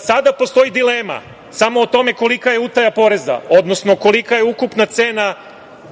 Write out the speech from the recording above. sada postoji dilema samo o tome kolika je utaja poreza, odnosno kolika je ukupna cena